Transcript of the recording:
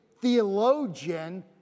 theologian